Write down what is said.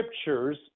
scriptures